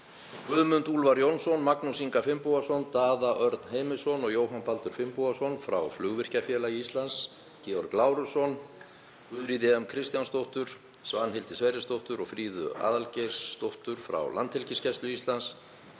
Guðmund Úlfar Jónsson, Magnús Inga Finnbogason, Daða Örn Heimisson og Jóhann Baldur Finnbogason frá Flugvirkjafélagi Íslands, Georg Lárusson, Guðríði M. Kristjánsdóttur, Svanhildi Sverrisdóttur og Fríðu Aðalgeirsdóttur frá Landhelgisgæslu Íslands